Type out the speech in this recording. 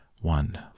one